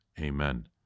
Amen